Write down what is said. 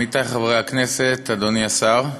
עמיתי חברי הכנסת, אדוני השר,